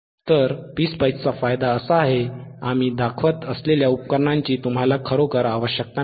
तर PSpice चा फायदा असा आहे की आम्ही दाखवत असलेल्या उपकरणांची तुम्हाला खरोखर आवश्यकता नाही